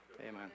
Amen